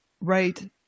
Right